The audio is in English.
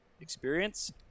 experience